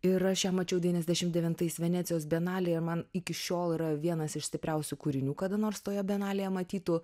ir aš ją mačiau devyniasdešim devintais venecijos bienalėj ir man iki šiol yra vienas iš stipriausių kūrinių kada nors toje bienalėje matytų